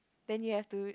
then you have to